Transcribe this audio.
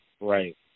Right